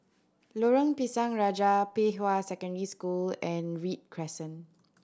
Lorong Pisang Raja Pei Hwa Secondary School and Read Crescent